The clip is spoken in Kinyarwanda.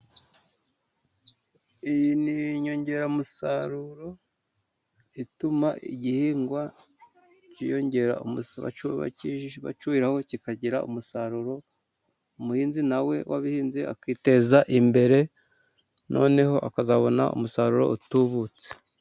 Iyi ni inyongeramusaruro, ituma igihingwa cyiyongera umusaruro bacyuhiraho kikagira umusaruro, umuhinzi na we wabihinze akiteza imbere, noneho akazabona umusaruro utubutse.